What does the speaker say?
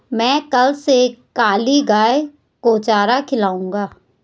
मैं कल से काली गाय को चारा खिलाऊंगा